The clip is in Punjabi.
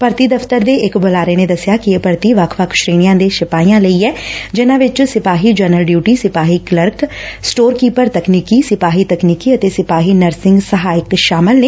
ਭਰਤੀ ਦਫ਼ਤਰ ਦੇ ਇਕ ਬੁਲਾਰੇ ਨੇ ਦੱਸਿਆ ਕਿ ਇਹ ਭਰਤੀ ਵੱਖ ਵੱਖ ਸ਼੍ਰੇਣੀਆਂ ਦੇ ਸਿਪਾਹੀਆਂ ਲਈ ਏ ਜਿਨਾਂ ਵਿਚ ਸਿਪਾਹੀ ਜਨਰਲ ਡਿਉਟੀ ਸਿਪਾਹੀ ਕਲਰਕ ਸਟੋਰ ਕੀਪਰ ਤਕਨੀਕੀ ਸਿਪਾਹੀ ਤਕਨੀਕੀ ਅਤੇ ਸਿਪਾਹੀ ਨਰਸਿੰਗ ਸਹਾਇਕ ਸ਼ਾਮਲ ਨੇ